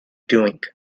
doing